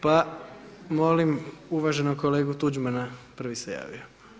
Pa molim uvaženog kolegu Tuđmana prvi se javio.